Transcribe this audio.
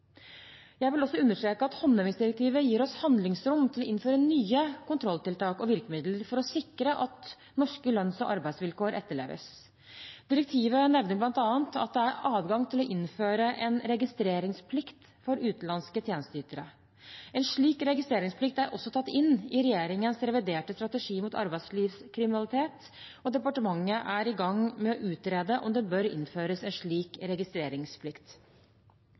Jeg vil også understreke at håndhevingsdirektivet gir oss handlingsrom til å innføre nye kontrolltiltak og virkemidler for å sikre at norske lønns- og arbeidsvilkår etterleves. Direktivet nevner bl.a. at det er adgang til å innføre en registreringsplikt for utenlandske tjenesteytere. En slik registreringsplikt er også tatt inn i regjeringens reviderte strategi mot arbeidslivskriminalitet. Departementet er i gang med å utrede om det bør innføres en slik registreringsplikt.